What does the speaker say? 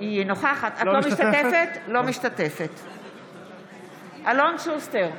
משתתפת בהצבעה אלון שוסטר,